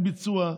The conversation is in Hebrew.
אין ביצוע,